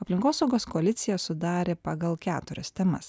aplinkosaugos koalicija sudarė pagal keturias temas